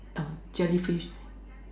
uh jellyfish